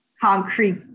concrete